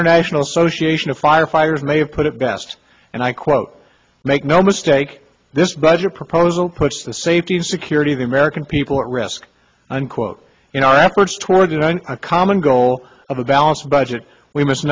international association of firefighters may have put it best and i quote make no mistake this budget proposal puts the safety and security of the american people at risk unquote in our efforts towards a common goal of a balanced budget we must